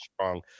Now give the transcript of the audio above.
strong